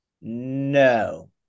No